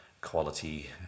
quality